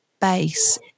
base